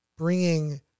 bringing